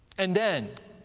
and then